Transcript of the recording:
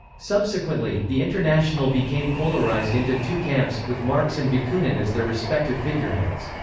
subsequently, the international became polarised into two camps, with marx and bakunin as their respective figureheads.